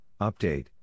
update